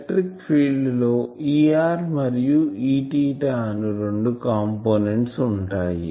electric field లో Er మరియు Eθ అను రెండు కాంపోనెంట్స్ ఉంటాయి